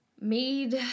made